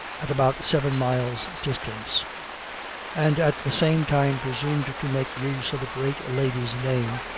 at about seven miles' distance and at the same time presumed to make use of a great lady's name,